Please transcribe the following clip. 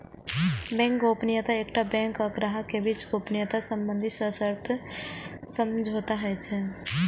bank गोपनीयता एकटा bank आ ग्राहक के बीच गोपनीयता संबंधी सशर्त समझौता होइ छै